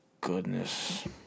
goodness